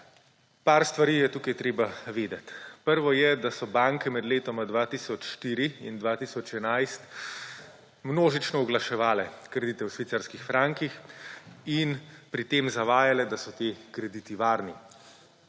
Par stvari je tukaj treba vedeti. Prvo je, da so banke med letoma 2004 in 2011 množično oglaševale kredite v švicarskih frankih in pri tem zavajale, da so ti krediti varni.